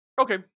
Okay